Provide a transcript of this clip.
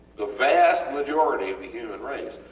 the vast majority of the human race,